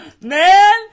man